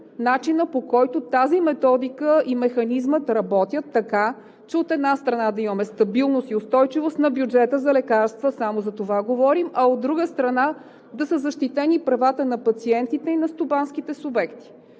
начина, по който тази методика и механизмът работят, така че, от една страна, да имаме стабилност и устойчивост на бюджета за лекарства – само за това говорим, а от друга страна, да са защитени правата на пациентите и на стопанските субекти.